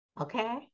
okay